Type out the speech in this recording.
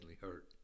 hurt